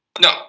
No